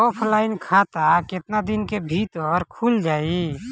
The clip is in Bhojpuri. ऑफलाइन खाता केतना दिन के भीतर खुल जाई?